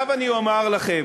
עכשיו אני אומר לכם,